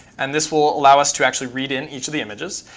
and this will allow us to actually read in each of the images.